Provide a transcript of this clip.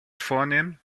vornehmen